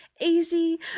easy